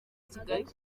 kigali